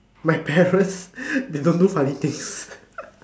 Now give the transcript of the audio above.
my parents they don't do funny things